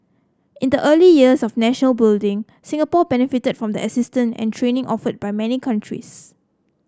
in the early years of national building Singapore benefited from the assistance and training offered by many countries